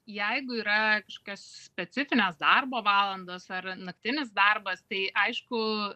jeigu yra kažkokios specifinės darbo valandos ar naktinis darbas tai aišku